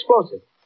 explosive